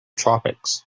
tropics